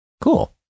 cool